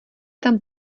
tam